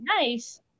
nice